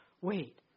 wait